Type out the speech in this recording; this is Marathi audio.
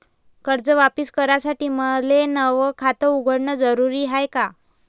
कर्ज वापिस करासाठी मले नव खात उघडन जरुरी हाय का?